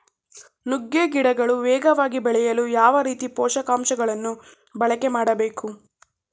ನುಗ್ಗೆ ಗಿಡಗಳು ವೇಗವಾಗಿ ಬೆಳೆಯಲು ಯಾವ ರೀತಿಯ ಪೋಷಕಾಂಶಗಳನ್ನು ಬಳಕೆ ಮಾಡಬೇಕು?